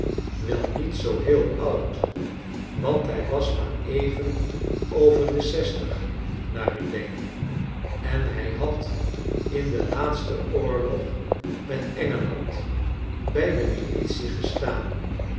wel niet zoo heel oud want hij was maar even over de zestig naar ik denk en hij had in den laatsten oorlog met bij de militie gestaan